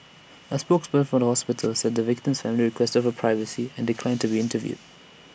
A spokesperson from the hospital said the victim's family requested for privacy and declined to be interviewed